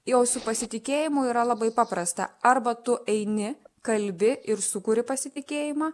jau su pasitikėjimu yra labai paprasta arba tu eini kalbi ir sukuri pasitikėjimą